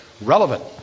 relevant